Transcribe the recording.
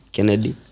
Kennedy